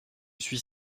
suis